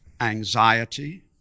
anxiety